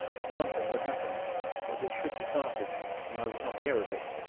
that something would happen that we should be parted and i would not hear of it.